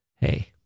Hey